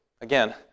again